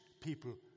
people